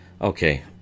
Okay